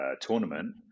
tournament